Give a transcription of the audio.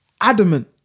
adamant